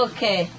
Okay